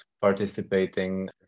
participating